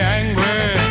angry